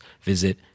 visit